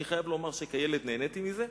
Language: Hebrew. אני חייב לומר שכילד נהניתי מזה.